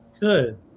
Good